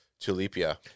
Tulipia